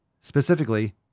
specifically